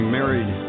married